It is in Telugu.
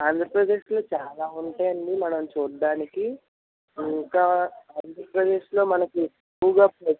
ఆంధ్రప్రదేశ్లో చాలా ఉంటాయండి మనం చూడటానికి ఇంకా ఆంధ్రప్రదేశ్లో మనకి ఎక్కువగా